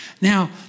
Now